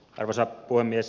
arvoisa puhemies